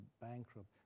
bankrupt